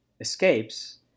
escapes